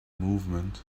movement